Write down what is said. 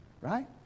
Right